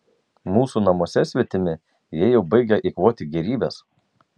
mūsų namuose svetimi jie jau baigia eikvoti gėrybes